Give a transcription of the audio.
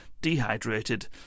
dehydrated